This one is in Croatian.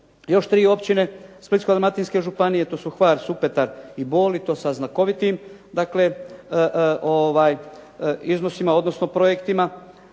još tri općine Splitsko-dalmatinske županije to su Hvar, Supetar i Bol i to sa znakovitim dakle, iznosima odnosno projektima.